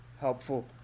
helpful